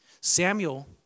Samuel